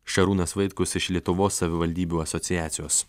šarūnas vaitkus iš lietuvos savivaldybių asociacijos